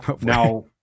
Now